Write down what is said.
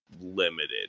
limited